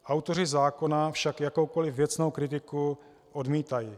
Autoři zákona však jakoukoliv věcnou kritiku odmítají.